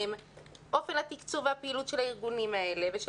אופן התקצוב והפעילות של הארגונים האלה ושל